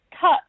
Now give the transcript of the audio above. cut